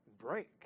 Break